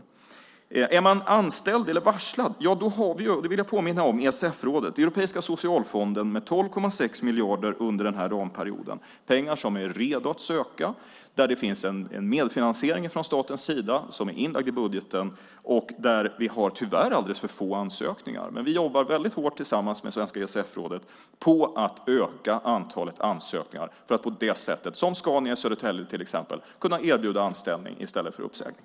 När det gäller de som är varslade vill jag påminna om ESF-rådet, Europeiska socialfonden, med 12,6 miljarder under den här ramperioden - pengar som är redo att sökas. Det finns en medfinansiering från statens sida som är inlagd i budgeten. Tyvärr har vi alldeles för få ansökningar. Men vi jobbar väldigt hårt tillsammans med svenska ESF-rådet på att öka antalet ansökningar för att på det sättet, som Scania i Södertälje till exempel, kunna erbjuda anställning i stället för uppsägning.